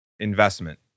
investment